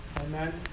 amen